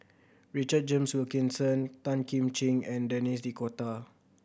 Richard James Wilkinson Tan Kim Ching and Denis D'Cotta